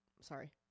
sorry